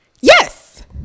Yes